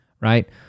Right